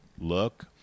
look